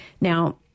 Now